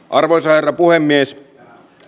arvoisa herra puhemies